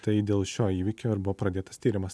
tai dėl šio įvykio ir buvo pradėtas tyrimas